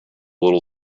little